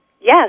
Yes